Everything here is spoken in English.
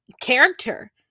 character